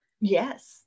Yes